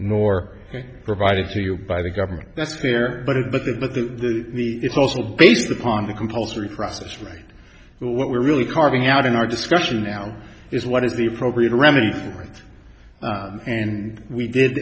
nor provided to you by the government that's fair but it but the but the it's also based upon the compulsory process right now what we're really carving out in our discussion now is what is the appropriate remedy right and we did